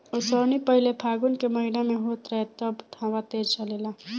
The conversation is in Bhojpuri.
ओसौनी पहिले फागुन के महीना में होत रहे तब हवा तेज़ चलेला